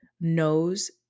knows